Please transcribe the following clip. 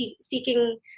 seeking